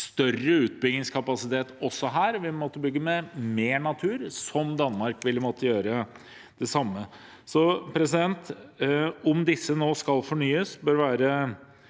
større utbyggingskapasitet også her. Vi vil måtte bygge ned mer natur, og Danmark vil måtte gjøre det samme. Om disse nå skal fornyes, bør være